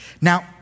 Now